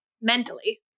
mentally